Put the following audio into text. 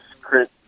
Chris